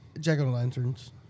jack-o'-lanterns